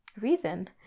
reason